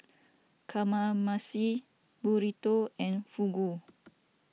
Kamameshi Burrito and Fugu